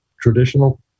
traditional